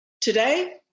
Today